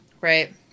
Right